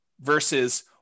versus